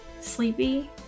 Sleepy